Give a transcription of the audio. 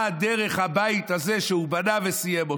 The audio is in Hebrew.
באה דרך הבית הזה שהוא בנה וסיים אותו.